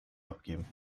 abgeben